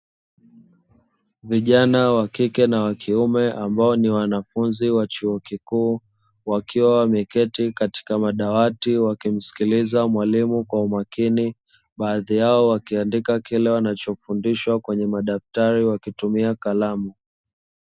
Vijana wa kike na wa kiume ambao ni wanafunzi wa chuo kikuu, wakiwa wameketi katika madawati wakimsikiliza mwalimu kwa makini, baadhi yao wakiandika kile wanachofundishwa kwenye madaktari wakitumia kalamu.